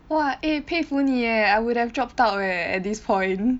!wah! eh 佩服你 eh I would have dropped out leh at this point